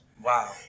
Wow